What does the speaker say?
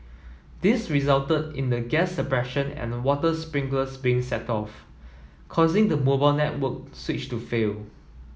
this resulted in the gas suppression and water sprinklers being set off causing the mobile network switch to fail